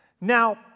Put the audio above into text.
Now